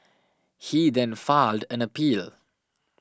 he then filed an appeal